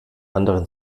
anderen